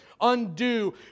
undo